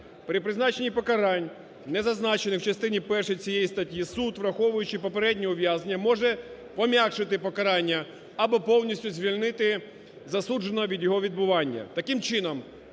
При призначенні покарань, не зазначених в частині першій цієї статті, суд, враховуючи попереднє ув'язнення, може пом'якшити покарання або повністю звільнити засудженого від його відбування.